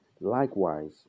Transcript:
Likewise